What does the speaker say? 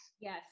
yes